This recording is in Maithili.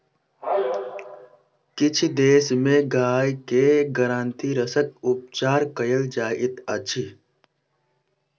किछ देश में गाय के ग्रंथिरसक उपचार कयल जाइत अछि